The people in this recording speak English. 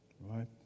right